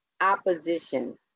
opposition